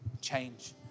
change